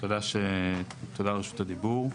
תודה על רשות הדיבור.